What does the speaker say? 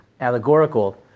allegorical